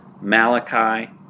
Malachi